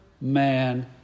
man